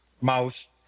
Mouth